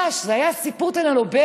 זה היה ממש סיפור טלנובלה.